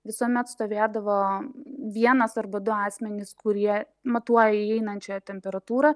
visuomet stovėdavo vienas arba du asmenys kurie matuoja įeinančiojo temperatūrą